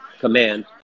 command